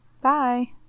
Bye